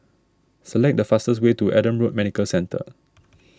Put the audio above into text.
select the fastest way to Adam Road Medical Centre